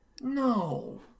no